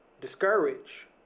discourage